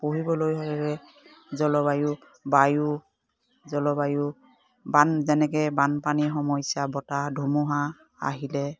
পুহিবলৈ হ'লে জলবায়ু বায়ু জলবায়ু বান যেনেকৈ বানপানীৰ সমস্যা বতাহ ধুমুহা আহিলে